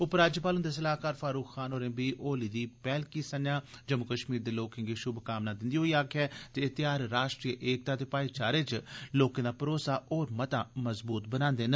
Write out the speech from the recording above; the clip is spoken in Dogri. उपराज्यपाल हुंदे सलाह्कार फारूक खान होरें बी होली दी पैहलकी संजा जम्मू कश्मीर दे लोकें गी शुभकामना दिंदे होई आक्खेआ जे एह् ध्यार राश्ट्रीय एकता ते भाई चारे च लोकें दा भरोसा होर मता मजबूत बनांदे न